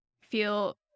feel